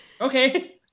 Okay